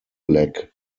black